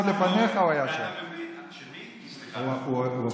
ואתה מבין שזה לא, עוד לפניך הוא היה שם.